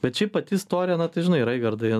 bet šiaip pati istorija na tai žinai raigardai